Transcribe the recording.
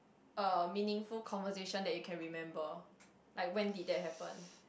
a meaningful conversation that you can remember like when did that happen